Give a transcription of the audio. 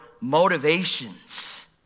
motivations